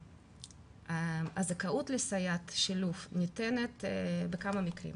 הזכאות לסייעת שילוב ניתנת בכמה מקרים,